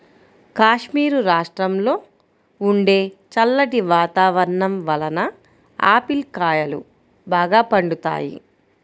కాశ్మీరు రాష్ట్రంలో ఉండే చల్లటి వాతావరణం వలన ఆపిల్ కాయలు బాగా పండుతాయి